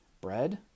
Bread